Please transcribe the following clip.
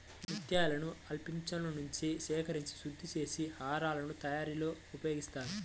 ముత్యాలను ఆల్చిప్పలనుంచి సేకరించి శుద్ధి చేసి హారాల తయారీలో ఉపయోగిస్తారు